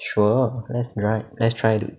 sure let's try let's try dude